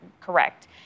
correct